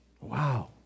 Wow